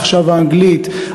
עכשיו האנגלית,